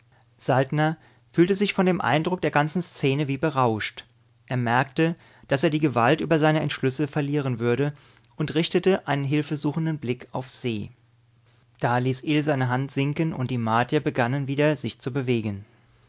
saltner fühlte sich von dem eindruck der ganzen szene wie berauscht er merkte daß er die gewalt über seine entschlüsse verlieren würde und richtete einen hilfesuchenden blick auf se da ließ ill seine hand sinken und die martier begannen wieder sich zu bewegen